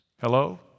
Hello